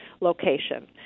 location